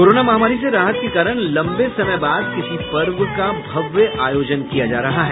corona महामारी से राहत के कारण लंबे समय बाद किसी पर्व का भव्य आयोजन किया जा रहा है